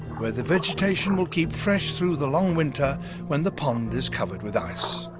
where the vegetation will keep fresh through the long winter when the pond is covered with ice.